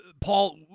Paul